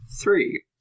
three